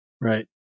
Right